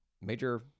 major